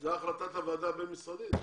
זו החלטת הוועדה הבין-משרדית?